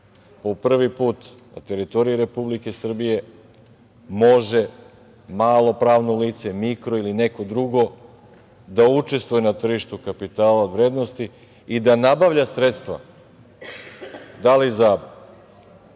po prvi put na teritoriji Republike Srbije može malo pravno lice, mikro ili neko drugo da učestvuje na tržištu kapitala od vrednosti i da nabavlja sredstva, da li za